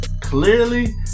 clearly